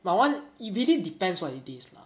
but [one] it really depends what it is lah